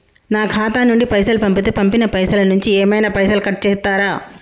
నా ఖాతా నుండి పైసలు పంపుతే పంపిన పైసల నుంచి ఏమైనా పైసలు కట్ చేత్తరా?